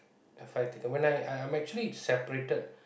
have I taken when I I'm actually separated